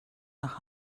nach